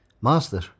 Master